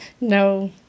No